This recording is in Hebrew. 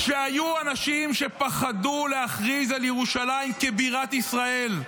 כשהיו אנשים שפחדו להכריז על ירושלים כבירת ישראל,